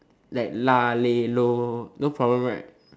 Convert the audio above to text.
like lah leh loh no problem right